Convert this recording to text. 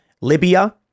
Libya